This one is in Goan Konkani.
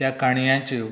त्या काणयाच्यो